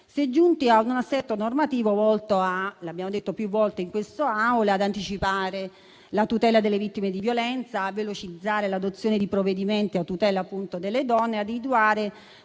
è giunti a un assetto normativo - come abbiamo detto più volte in quest'Aula - volto ad anticipare la tutela delle vittime di violenza, a velocizzare l'adozione di provvedimenti a tutela delle donne e a individuare